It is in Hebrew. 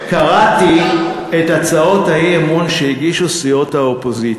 למי אתה מתכוון?